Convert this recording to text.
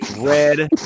red